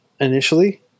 initially